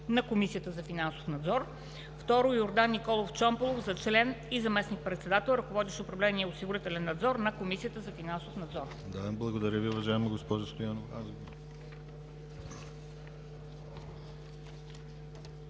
на Комисията за финансов надзор. 2. Йордан Николов Чомпалов за член и заместник-председател, ръководещ управление „Осигурителен надзор“ на Комисията за финансов надзор.“